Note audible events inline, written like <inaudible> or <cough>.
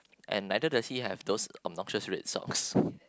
and neither does he have those obnoxious red socks <laughs>